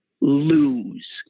lose